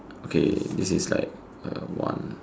okay this is like uh one